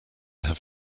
have